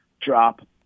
drop